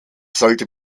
sollte